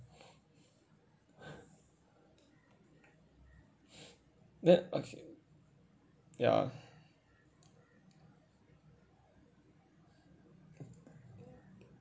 the okay ya